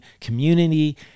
community